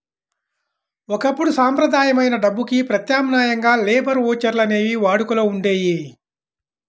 ఒకప్పుడు సంప్రదాయమైన డబ్బుకి ప్రత్యామ్నాయంగా లేబర్ ఓచర్లు అనేవి వాడుకలో ఉండేయి